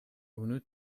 unu